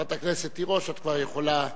חברת הכנסת תירוש, את כבר יכולה.